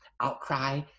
outcry